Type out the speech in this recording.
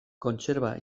kontserba